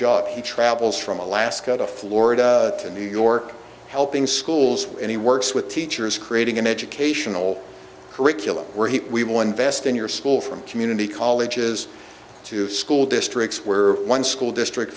job he travels from alaska to florida to new york helping schools any works with teachers creating an educational curriculum where he we won best in your school from community colleges to school districts where one school district